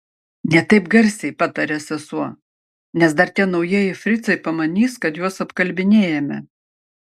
ne taip garsiai patarė sesuo nes dar tie naujieji fricai pamanys kad juos apkalbinėjame